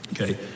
Okay